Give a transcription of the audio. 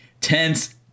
tense